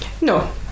No